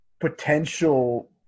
potential